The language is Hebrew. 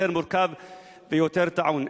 יותר מורכב ויותר טעון.